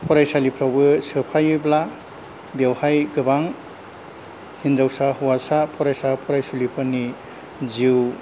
फरायसालिफ्रावबो सोफायोब्ला बेवहाय गोबां हिन्जावसा हौवासा फरायसा फरायसुलिफोरनि जिउ